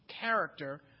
character